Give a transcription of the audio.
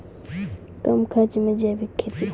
कम खर्च मे जैविक खेती?